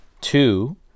Two